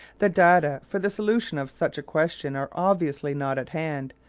the data for the solution of such a question are obviously not at hand,